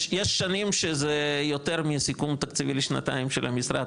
יש שנים שזה יותר מסיכום תקציבי לשנתיים של המשרד,